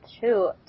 two